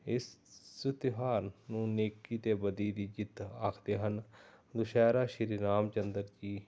ਇਸ ਤਿਉਹਾਰ ਨੂੰ ਨੇਕੀ 'ਤੇ ਬਦੀ ਦੀ ਜਿੱਤ ਆਖਦੇ ਹਨ ਦੁਸਹਿਰਾ ਸ਼੍ਰੀ ਰਾਮ ਚੰਦਰ ਜੀ